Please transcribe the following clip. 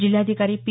जिल्हाधिकारी पी